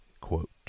quote